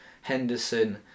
Henderson